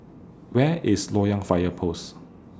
Where IS Loyang Fire Post